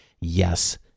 Yes